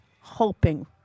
hoping